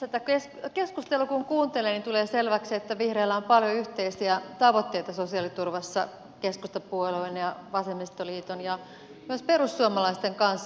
tätä keskustelua kun kuuntelee niin tulee selväksi se että vihreillä on paljon yhteisiä tavoitteita sosiaaliturvassa keskustapuolueen ja vasemmistoliiton ja myös perussuomalaisten kanssa